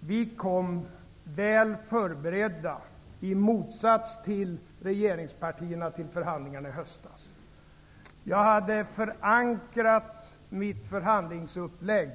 Vi kom, i motsats till regeringspartierna, väl förberedda till förhandlingarna i höstas. Jag hade förankrat mitt förhandlingsupplägg,